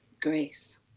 grace